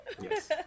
Yes